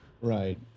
right